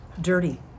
dirty